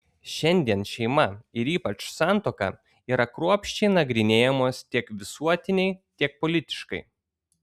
šiandien šeima ir ypač santuoka yra kruopščiai nagrinėjamos tiek visuotinai tiek politiškai